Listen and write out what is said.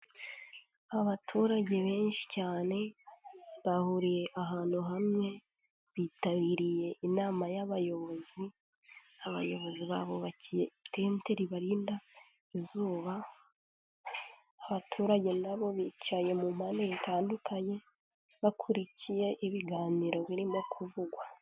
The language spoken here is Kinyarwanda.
Abaturage benshi cyane bahuriye ahantu hamwe bitabiriye inama y'abayobozi, abayobozi babubakiye itente ribarinda izuba, abaturage nabo bicaye mu mpande zitandukanye bakurikiye ibiganiro birimo kuvugwa.